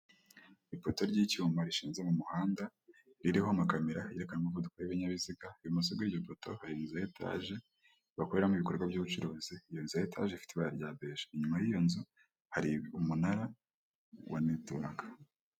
Abantu bahagaze harimo uwambaye ikote rifite ibara ry'umukara n'ipantaro yumukara ishati yu'mweru ikanzu ifite ibara y'umukara ndetse n'ikote rifite ibara ry'ubururu ishati y'ubururu n'ipantaro ifite ibara ry'ivu bafite urupapuro ruriho amagambo agiye atandukanye yandikishijwe ibara ry'umweru ndetse n'ubururu.